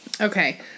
okay